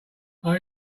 are